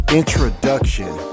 introduction